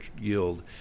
yield